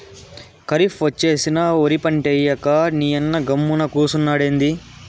కరీఫ్ ఒచ్చేసినా ఒరి పంటేయ్యక నీయన్న గమ్మున కూసున్నాడెంది